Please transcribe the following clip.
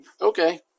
okay